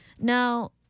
Now